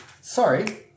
sorry